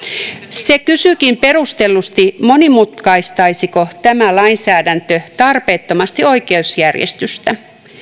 se kysyykin perustellusti monimutkaistaisiko tämä lainsäädäntö tarpeettomasti oikeusjärjestystä myöskään